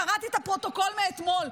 קראתי את הפרוטוקול מאתמול.